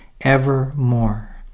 evermore